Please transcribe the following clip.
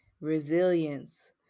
resilience